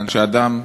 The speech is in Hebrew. שאדם,